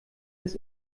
des